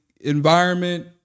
environment